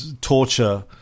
torture